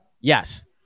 Yes